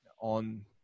on